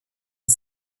une